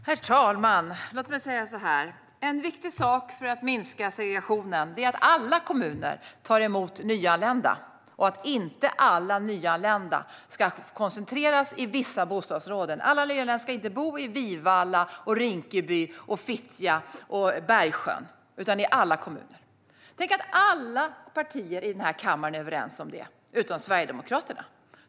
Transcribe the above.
Herr talman! Låt mig säga så här: En viktig sak för att minska segregationen är att alla kommuner tar emot nyanlända och att inte alla nyanlända koncentreras till vissa bostadsområden. Alla nyanlända ska inte bo i Vivalla, Rinkeby, Fittja eller Bergsjön, utan de ska bo i alla kommuner. Tänk att alla partier här i kammaren är överens om det utom Sverigedemokraterna!